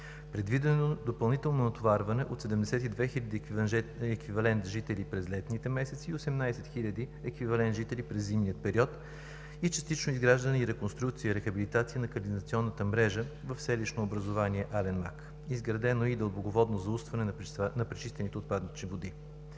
Предвидено е допълнително натоварване от 72 хил. еквивалент жители през летните месеци и 18 хил. еквивалент жители през зимния период и частично изграждане и реконструкция и рехабилитация на канализационната мрежа в селищно образувание „Ален мак“. Изградено е и дълбоководно заустване на пречистените отпадъчни води.